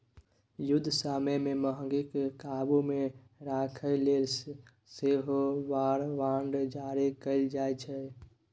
युद्ध समय मे महगीकेँ काबु मे राखय लेल सेहो वॉर बॉड जारी कएल जाइ छै